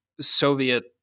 Soviet